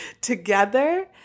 together